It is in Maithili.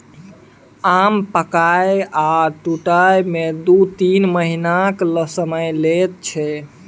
आम पाकय आ टुटय मे दु तीन महीनाक समय लैत छै